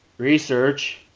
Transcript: research.